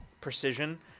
precision